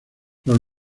los